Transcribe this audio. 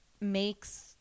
makes